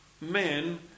men